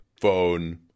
phone